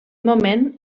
moment